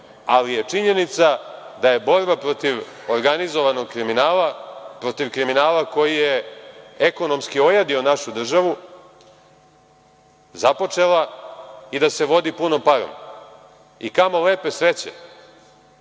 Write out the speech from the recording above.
ali je činjenica da je borba protiv organizovanog kriminala, protiv kriminala koji je ekonomski ojadio našu državu, započela i da se vodi punom parom. Kamo lepe sreće